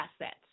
assets